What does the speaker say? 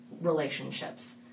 relationships